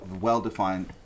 well-defined